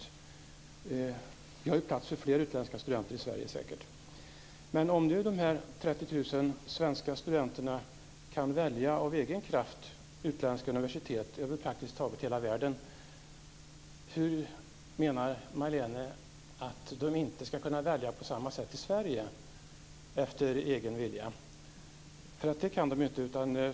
Vi har ju säkert plats för fler utländska studenter i Sverige. Om nu de här 30 000 svenska studenterna av egen kraft kan välja utländska universitet över praktiskt taget hela världen, hur menar Majléne att de inte ska kunna välja på samma sätt i Sverige efter egen vilja? Det kan de ju inte.